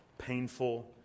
painful